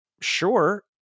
Sure